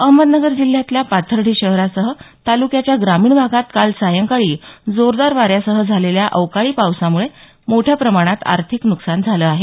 अहमदनगर जिल्ह्यातल्या पाथर्डी शहरासह तालुक्याच्या ग्रामीण भागात काल सायंकाळी जोरदार वाऱ्यासह झालेल्या अवकाळी पावसामुळे मोठ्या प्रमाणात आर्थिक नुकसान झालं आहे